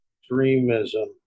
extremism